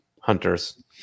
Hunters